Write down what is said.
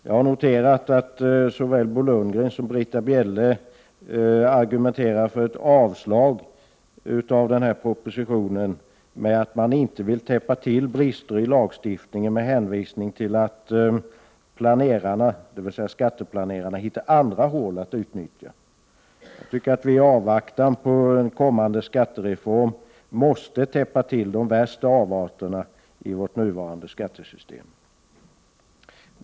| Jag har noterat att såväl Bo Lundgren som Britta Bjelle argumenterar för Ivslag på propositionen med att de inte vill täppa till brister i lagstiftningen lärför att skatteplanerarna hittar andra hål att utnyttja. Jag tycker att vi i Ivvaktan på en kommande skattereform måste sätta stopp för de värsta nn i vårt nuvarande skattesystem.